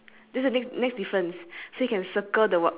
the brown colour fence right is there a meet sue and ted